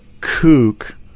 kook